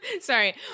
Sorry